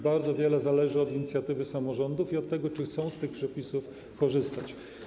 Bardzo wiele zależy od inicjatywy samorządów i od tego, czy chcą z tych przepisów korzystać.